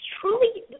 truly